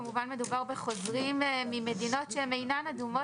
כמובן מדובר בחוזרים ממדינות שהן אינן אדומות.